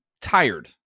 tired